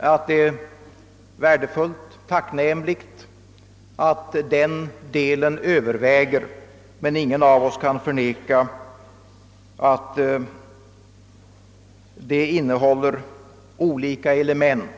att det är värdefullt och tacknämligt att den delen överväger, men ingen av oss kan förneka att ämnet innehåller flera element.